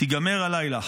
תיגמר הלילה.